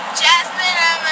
jasmine